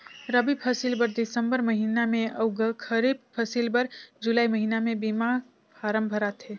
रबी फसिल बर दिसंबर महिना में अउ खरीब फसिल बर जुलाई महिना में बीमा फारम भराथे